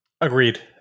Agreed